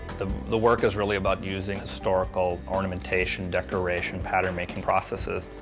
the the work is really about using historical ornamentation, decoration, pattern-making processes.